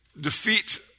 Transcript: defeat